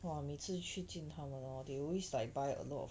!wah! 每次去见他们 hor they always like buy a lot of